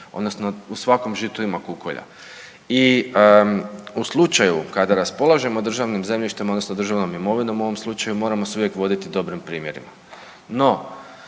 odnosno u svakom žitu ima kukolja. I u slučaju kada raspolažemo državnim zemljištem odnosno državnom imovinom u ovom slučaju moramo se uvijek voditi dobrim primjerima. No,